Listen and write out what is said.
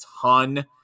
ton